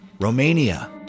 Romania